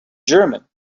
german